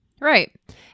Right